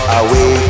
away